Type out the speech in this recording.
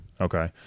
Okay